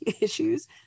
issues